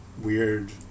Weird